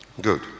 Good